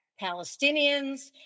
Palestinians